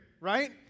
right